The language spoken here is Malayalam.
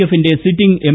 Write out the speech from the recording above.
എഫിന്റെ സിറ്റിംഗ് എം